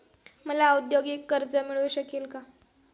मला औद्योगिक कर्ज मिळू शकेल का?